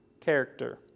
character